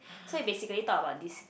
so he basically talk about this